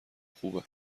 خوبه